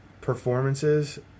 performances